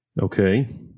okay